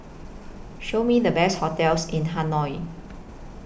Show Me The Best hotels in Hanoi